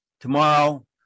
tomorrow